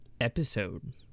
episode